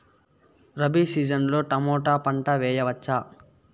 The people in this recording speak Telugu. రబి సీజన్ లో టమోటా పంట వేయవచ్చా?